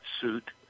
suit